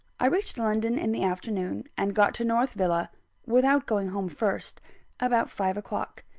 i reached london in the afternoon and got to north villa without going home first about five o'clock.